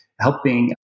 helping